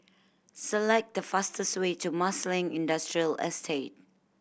select the fastest way to Marsiling Industrial Estate